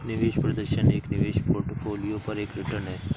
निवेश प्रदर्शन एक निवेश पोर्टफोलियो पर एक रिटर्न है